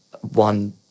one